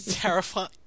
terrifying